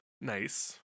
Nice